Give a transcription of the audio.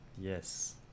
Yes